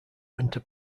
winter